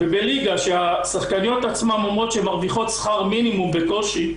בליגה שהשחקניות עצמן אומרות שהן מרוויחות שכר מינימום בקושי,